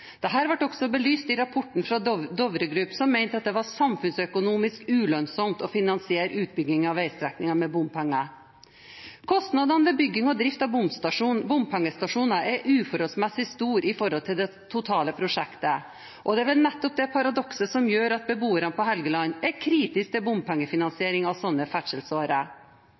også belyst i rapporten fra Dovre Group, som mente at det var samfunnsøkonomisk ulønnsomt å finansiere utbygging av veistrekningen med bompenger. Kostnadene ved bygging og drift av bompengestasjoner er uforholdsmessig store i forhold til det totale prosjektet. Og det er vel nettopp det paradokset som gjør at beboerne på Helgeland er kritiske til bompengefinansiering av slike ferdselsårer.